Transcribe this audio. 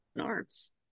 arms